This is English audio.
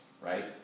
right